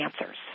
answers